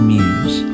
Muse